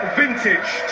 vintage